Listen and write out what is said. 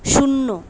শূন্য